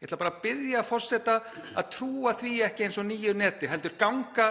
Ég ætla bara að biðja forseta að trúa því ekki eins og nýju neti heldur ganga